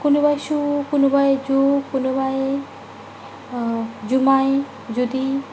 কোনোবাই চু কোনোবাই জু কোনোবাই জুমাই জুদি